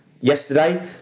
yesterday